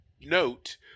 Note